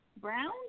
Brown